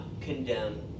condemn